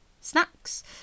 snacks